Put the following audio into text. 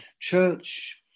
Church